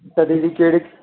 तॾहिं बि कहिड़े